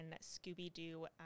Scooby-Doo